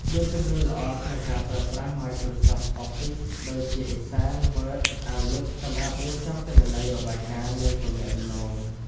មានជំនាញល្អក្នុងការប្រើប្រាស់ Microsoft Office ដូចជា Excel, Word, Outlook សម្រាប់រៀបចំទិន្នន័យ របាយការណ៍ និងទំនាក់ទំនង។